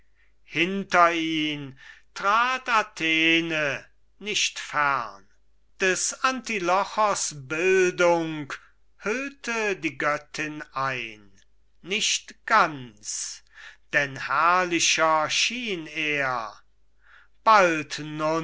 hinter ihn trat athene nicht fern des antilochos bildung hüllte die göttin ein nicht ganz denn herrlicher schien er bald